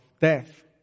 death